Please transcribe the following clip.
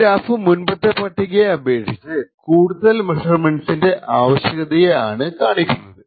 ഈ ഗ്രാഫ് മുൻപത്തെ പട്ടികയെ അപേക്ഷിച് കൂടുതൽ മെഷർമെന്റ്സിന്റെ ആവശ്യകതയെ ആണ് കാണിക്കുന്നത്